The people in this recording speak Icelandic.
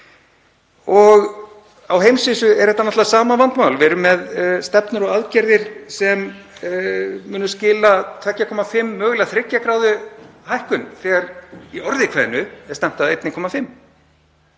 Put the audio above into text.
Á heimsvísu er þetta sama vandamálið. Við erum með stefnur og aðgerðir sem munu skila 2,5°C, mögulega 3°C hækkun þegar í orði kveðnu er stefnt að 1,5°C.